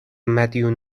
مدیون